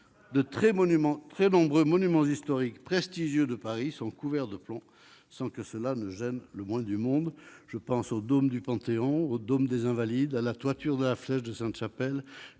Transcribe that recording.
De très nombreux monuments historiques prestigieux de Paris en sont couverts, sans que cela gêne le moins du monde ; c'est le cas du dôme du Panthéon, du dôme des Invalides, de la toiture de la flèche de la Sainte Chapelle,